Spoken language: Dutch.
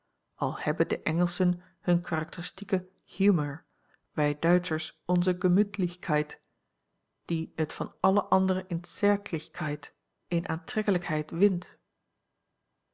al hebben de engelschen hun karakteristieken humour wij duitschers onze gemüthlichkeit die het van alle andere in zärtlichkeit in aantrekkelijkheid wint